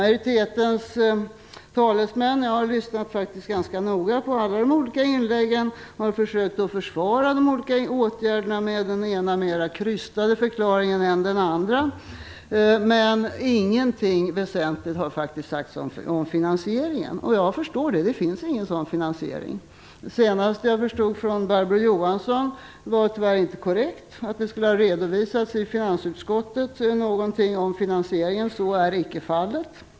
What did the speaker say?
Jag har lyssnat ganska noga på alla inlägg i debatten här. Majoritetens talesmän har försökt att försvara de olika åtgärderna med den ena mer krystade förklaringen än den andra. Ingenting väsentligt har sagts om finansieringen. Jag förstår att det inte finns någon sådan finansiering. Barbro Johansson sade att det i finansutskottet har redovisats något om finansieringen. Så är icke fallet.